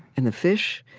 and the fish?